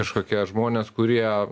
kažkokie žmonės kurie